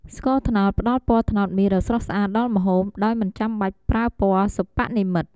ស្ករត្នោតផ្តល់ពណ៌ត្នោតមាសដ៏ស្រស់ស្អាតដល់ម្ហូប ដោយមិនចាំបាច់ប្រើពណ៌សិប្បនិម្មិត។